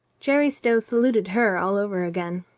jerry stow saluted her all over again.